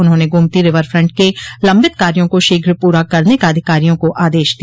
उन्होंने Gomti river front के लम्बित कार्यो को शीघ्र पूरा करने का अधिकारियों को आदेश दिया